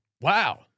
Wow